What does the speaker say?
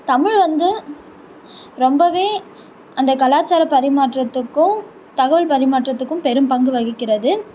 தமிழ் வந்து ரொம்ப அந்த கலாச்சார பரிமாற்றத்துக்கும் தகவல் பரிமாற்றத்துக்கும் பெரும் பங்கு வகிக்கிறது